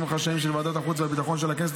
חשאיים של ועדת החוץ והביטחון של הכנסת,